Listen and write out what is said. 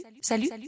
salut